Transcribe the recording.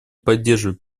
поддерживает